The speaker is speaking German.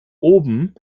oben